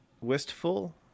wistful